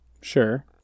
Sure